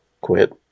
quit